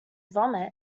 vomit